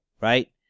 right